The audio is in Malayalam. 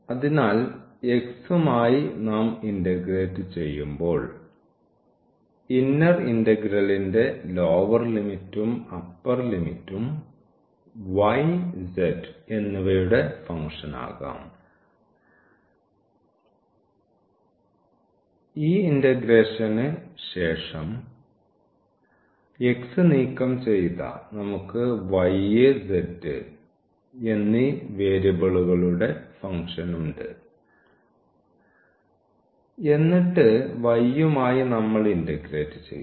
അതിനാൽ x മായി നാം ഇന്റഗ്രേറ്റ് ചെയ്യുമ്പോൾ ഇന്നർ ഇൻഗ്രലിന്റെ ലോവർ ലിമിറ്റും അപ്പർ ലിമിറ്റും y z എന്നിവയുടെ ഫംഗ്ഷൻകാം ഈ ഇന്റഗ്രേഷന് ശേഷം x നീക്കം ചെയ്ത നമുക്ക് y z എന്നീ വേരിയബിളുകളുടെ ഫംഗ്ഷൻ ഉണ്ട് എന്നിട്ട് y യുമായി നമ്മൾ ഇന്റഗ്രേറ്റ് ചെയ്യുന്നു